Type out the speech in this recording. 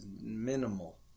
minimal